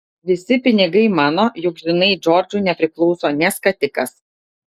visi pinigai mano juk žinai džordžui nepriklauso nė skatikas